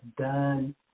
done